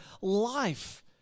life